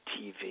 TV